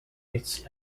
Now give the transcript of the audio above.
its